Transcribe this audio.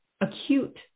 acute